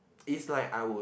it's like I would